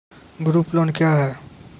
Group loan क्या है?